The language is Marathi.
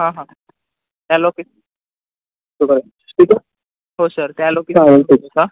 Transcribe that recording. हां हां त्या लोके हो सर त्या लोके का